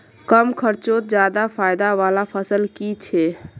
कम खर्चोत ज्यादा फायदा वाला फसल की छे?